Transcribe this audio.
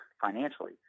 financially